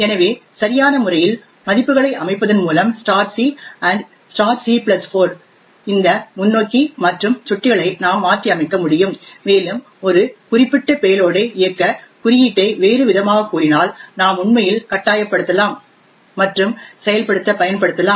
எனவே சரியான முறையில் மதிப்புகளை அமைப்பதன் மூலம் c and c4 இந்த முன்னோக்கி மற்றும் சுட்டிகளை நாம் மாற்றியமைக்க முடியும் மேலும் ஒரு குறிப்பிட்ட பேலோடை இயக்க குறியீட்டை வேறுவிதமாகக் கூறினால் நாம் உண்மையில் கட்டாயப்படுத்தலாம் மற்றும் செயல்படுத்த பயன்படுத்தலாம்